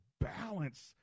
balance